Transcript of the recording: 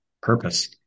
purpose